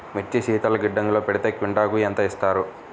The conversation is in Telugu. మిర్చి శీతల గిడ్డంగిలో పెడితే క్వింటాలుకు ఎంత ఇస్తారు?